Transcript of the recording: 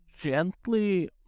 gently